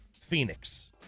Phoenix